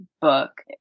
book